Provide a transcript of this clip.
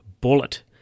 Bullet